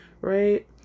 Right